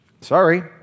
sorry